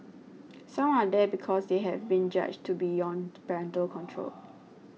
some are there because they have been judged to beyond parental control